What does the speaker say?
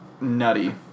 nutty